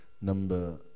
Number